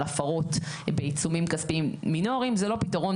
הפרות בעיצומים כספיים מינוריים זה לא פתרון,